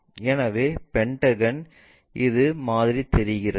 எனவே பென்டகன் இது மாதிரி தெரிகிறது